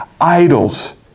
idols